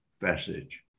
passage